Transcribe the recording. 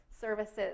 services